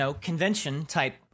convention-type